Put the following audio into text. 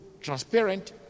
transparent